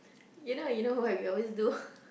you know you know what we always do